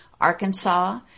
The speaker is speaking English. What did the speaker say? Arkansas